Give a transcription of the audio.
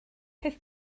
peth